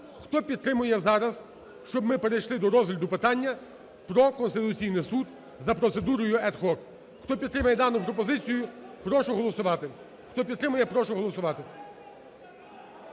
хто підтримує зараз, щоб ми перейшли до розгляду питання про Конституційний Суд за процедурою ad hoc? Хто підтримує дану пропозицію, прошу голосувати.